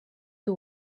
you